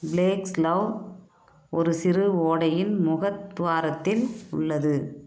ப்ளேக்ஸ்லௌவ் ஒரு சிறு ஓடையின் முகத்துவாரத்தில் உள்ளது